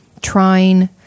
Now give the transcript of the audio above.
trying